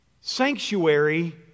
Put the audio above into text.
sanctuary